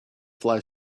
fly